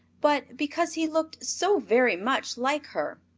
but because he looked so very much like her.